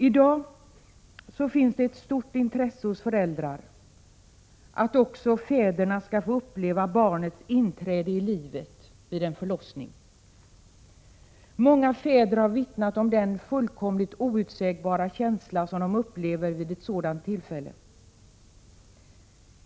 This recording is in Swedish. I dag finns det ett stort intresse hos föräldrar att också fäderna skall få uppleva barnens inträde i livet vid förlossningar. Många fäder har vittnat om den fullkomligt outsägliga känsla man upplever vid ett sådant tillfälle.